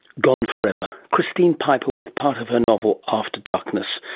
gone forever. christine piper with part of her novel after darkness.